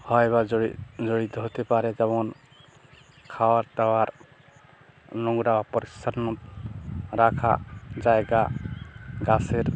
হয় বা জড়ি জড়িত হতে পারে যেমন খাওয়ার দাওয়ার নোংরা পরিষ্কার নো রাখা জায়গা গাছের